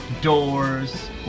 doors